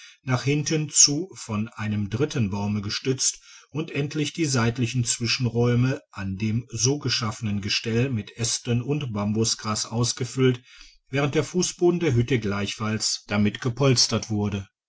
nach hinten zu von einem dritten baume gestützt und endlich die seitlichen zwischenräume an dem so geschaffenen gestell mit aesten und bambusgras ausgefüllt während der fussboden der hütte gleichfalls dadigitized by google mit gepolstert wurde